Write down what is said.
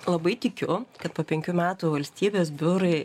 labai tikiu kad po penkių metų valstybės biurai